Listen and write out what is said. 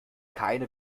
keine